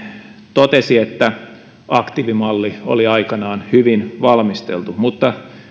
totesi että aktiivimalli oli aikoinaan hyvin valmisteltu mutta